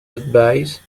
advise